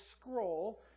scroll